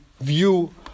view